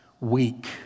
weak